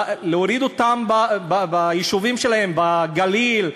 להוריד אותם ביישובים שלהם בגליל,